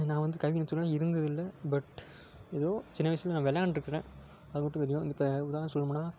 நான் வந்து கைவினை தொழிலெலாம் இருந்தது இல்லை பட் ஏதோ சின்ன வயசில் நான் விளையாண்ட்ருக்கறேன் அது மட்டும் தெரியும் இப்போ உதாரணம் சொல்லணுமுன்னா